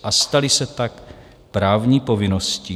a staly se tak právní povinností.